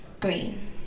green